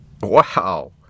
Wow